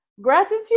Gratitude